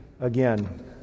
again